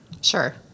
sure